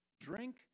drink